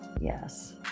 Yes